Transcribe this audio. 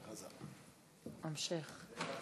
המשך.